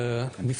(מקרין שקף,